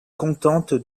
contente